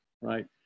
right